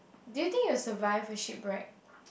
do you think you survive in a ship right